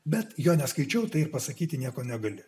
bet jo neskaičiau tai pasakyti nieko negali